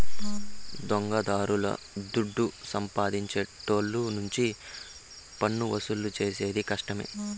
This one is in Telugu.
దొంగదారుల దుడ్డు సంపాదించేటోళ్ళ నుంచి పన్నువసూలు చేసేది కష్టమే